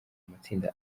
amatsinda